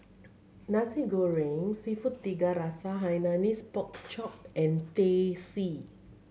Nasi Goreng Seafood Tiga Rasa Hainanese Pork Chop and Teh C